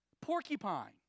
Porcupine